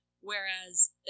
whereas